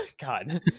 God